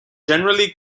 generally